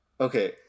okay